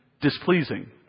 displeasing